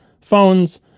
phones